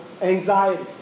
anxiety